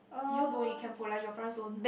you all don't eat can food like your parents don't